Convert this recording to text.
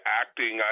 acting